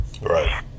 Right